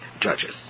Judges